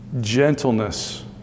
Gentleness